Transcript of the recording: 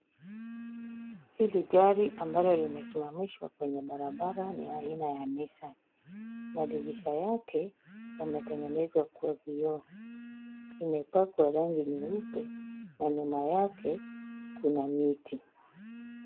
Hili gari ambalo limesimamishwa kwenye barabara aina ya nisani. madirisha yake yametengenezwa kwa vioo. imepakwa rangi nyeupe na nyuma yake kuna miti.